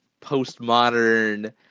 postmodern